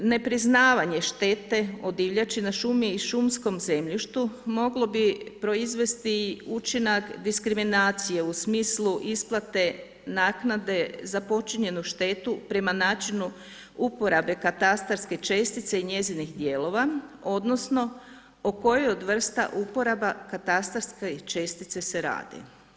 Ne priznavanje štete o divljači na šumi i šumskom zemljištu moglo bi proizvesti učinak diskriminacije u smislu isplate naknade za počinjenu štetu prema načinu uporabe katastarske čestite i njezinih dijelova odnosno o kojoj od vrsta uporaba katastarske čestite se radi.